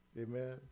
Amen